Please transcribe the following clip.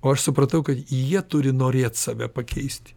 o aš supratau kad jie turi norėt save pakeisti